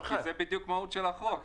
כי זה בדיוק המהות של החוק.